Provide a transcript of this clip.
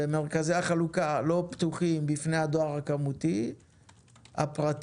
מרכזי החלוקה לא פתוחים בפני הדואר הכמותי הפרטי